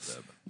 תודה רבה